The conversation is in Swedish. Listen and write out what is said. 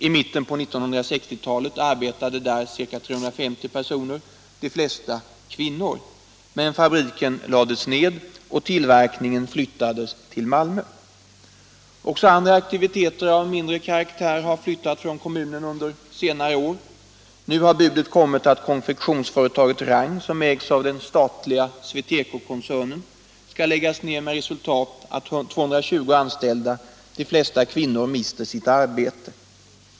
I mitten av 1960-talet arbetade där ca 350 personer, de flesta kvinnor. Men fabriken lades ned och tillverkningen flyttades till Malmö. Också andra aktiviteter av mindre omfattning har flyttat från kommunen under senare år. Nu har budet kommit att konfektionsföretaget Rang, som ägs av den statliga SweTecokoncernen, skall läggas ned med resultat att 220 anställda, de flesta kvinnor, mister sitt arbete.